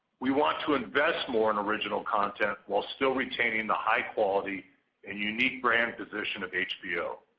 we want to invest more in original content while still retaining the high quality and unique brand position of hbo.